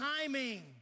timing